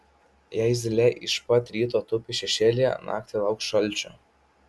jei zylė iš pat ryto tupi šešėlyje naktį lauk šalčio